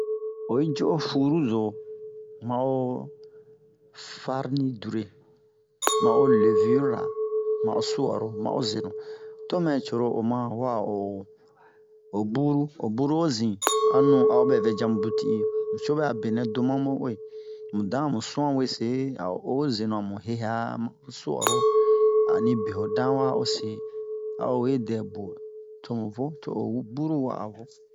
Oyi cu'o furu-zo ma o farni dure ma o levira ma o su'aro ma o zenu to mɛ co-ro o ma wa'a o o buru o buru o zin a nu a o ɓɛ vɛ ja mu buti'i mu co ɓɛ'a benɛ do mamu uwe mu dan o mu suwan sewe a mu zenu a o o o zenu a mu heha ma'o su'aro ani be ho dan wa ose a o we dɛ buwo to mu vo to o buru wa'a vo